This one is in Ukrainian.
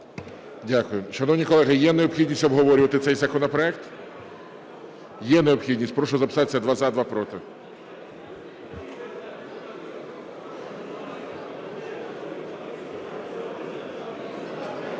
Дякую. Шановні колеги, є необхідність обговорювати цей законопроект? Є необхідність. Прошу записатися: два – за, два – проти.